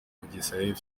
bugesera